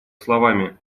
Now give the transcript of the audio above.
словами